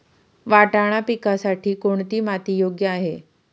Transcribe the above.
वाटाणा पिकासाठी कोणती माती योग्य आहे?